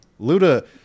Luda